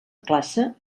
classe